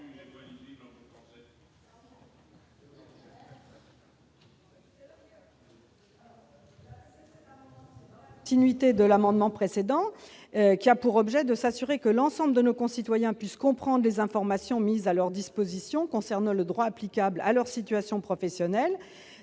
la continuité du précédent, qui a pour objet de s'assurer que l'ensemble de nos concitoyens puissent comprendre les informations mises à leur disposition concernant le droit applicable à leur situation professionnelle.